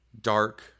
dark